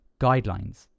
guidelines